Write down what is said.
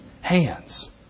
hands